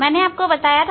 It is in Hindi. मैंने बताया था